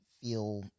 feel